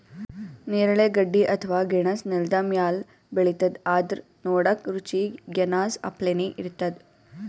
ನೇರಳೆ ಗಡ್ಡಿ ಅಥವಾ ಗೆಣಸ್ ನೆಲ್ದ ಮ್ಯಾಲ್ ಬೆಳಿತದ್ ಆದ್ರ್ ನೋಡಕ್ಕ್ ರುಚಿ ಗೆನಾಸ್ ಅಪ್ಲೆನೇ ಇರ್ತದ್